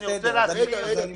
אם תהיה נוסחה,